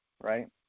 right